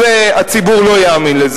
אז הציבור לא יאמין לזה,